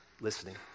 listening